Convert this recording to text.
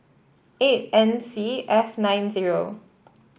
eight N C F nine zero